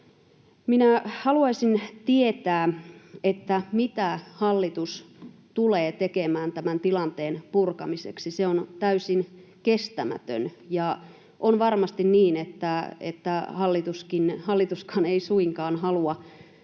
Minä haluaisin tietää, mitä hallitus tulee tekemään tämän tilanteen purkamiseksi. Se on täysin kestämätön. Ja on varmasti niin, että hallituskaan ei suinkaan halua